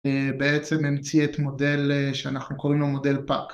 בעצם נמציא את מודל שאנחנו קוראים לו מודל פאק